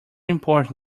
important